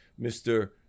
Mr